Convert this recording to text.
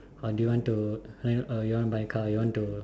or do you want to uh you know you want to buy car or you want to